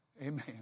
Amen